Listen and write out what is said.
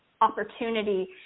opportunity